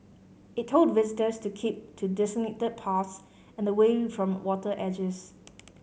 it told visitors to keep to designated paths and away from water edges